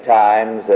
times